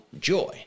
joy